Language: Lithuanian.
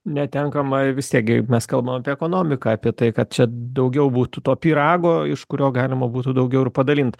netenkama vis tiek gi mes kalbam apie ekonomiką apie tai kad čia daugiau būtų to pyrago iš kurio galima būtų daugiau ir padalint